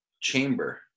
chamber